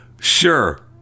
Sure